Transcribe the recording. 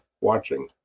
watching